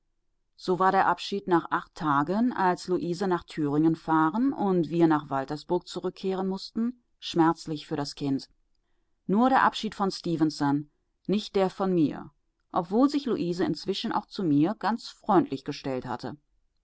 so war der abschied nach acht tagen als luise nach thüringen fahren und wir nach waltersburg zurückkehren mußten schmerzlich für das kind nur der abschied von stefenson nicht der von mir obwohl sich luise inzwischen auch zu mir ganz freundlich gestellt hatte